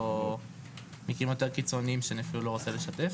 או מקרים יותר קיצוניים שאני אפילו לא רוצה לשתף.